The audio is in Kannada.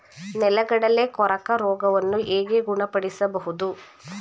ನೆಲಗಡಲೆ ಕೊರಕ ರೋಗವನ್ನು ಹೇಗೆ ಗುಣಪಡಿಸಬಹುದು?